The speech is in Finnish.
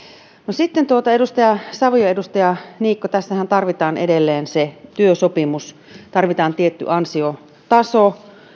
sitten edustaja savio edustaja niikko tässähän tarvitaan edelleen työsopimus tarvitaan tietty ansiotaso